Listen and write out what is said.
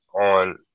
on